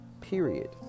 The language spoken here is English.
Period